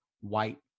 white